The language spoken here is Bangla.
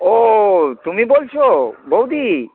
ও তুমি বলছো বৌদি